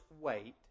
wait